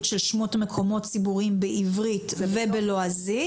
של שמות מקומות ציבוריים בעברית ובלועזית.